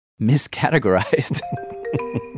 miscategorized